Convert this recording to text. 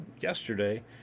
yesterday